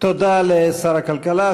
תודה לשר הכלכלה.